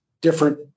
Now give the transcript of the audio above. different